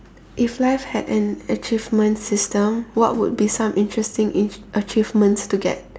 if life had an achievement system what would be some interesting a~ achievements to get